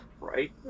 right